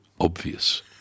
obvious